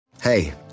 Hey